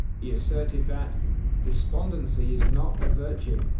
he asserted that despondency is not a virtue.